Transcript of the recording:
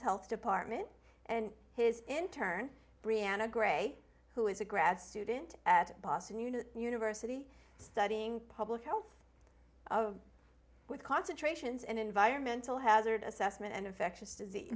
health department and his in turn brianna gray who is a grad student at boston you know the university studying public health with concentrations and environmental hazard assessment and infectious disease